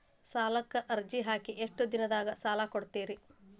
ಸಾಲಕ ಅರ್ಜಿ ಹಾಕಿ ಎಷ್ಟು ದಿನದಾಗ ಸಾಲ ಕೊಡ್ತೇರಿ?